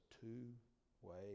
two-way